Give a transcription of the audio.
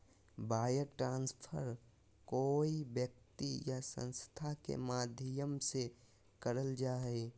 wire transfer कोय व्यक्ति या संस्था के माध्यम से करल जा हय